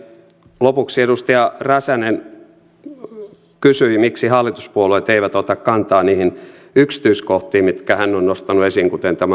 lopuksi edustaja räsänen kysyi miksi hallituspuolueet eivät ota kantaa niihin yksityiskohtiin mitkä hän on nostanut esiin kuten tämän lasten tilanteen